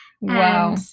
Wow